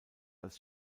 als